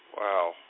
Wow